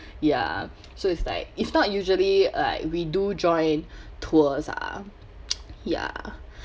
ya so it's like if not usually like we do join tours ah ya